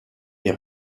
est